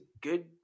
good